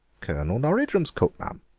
colonel norridrum's cook, ma'am,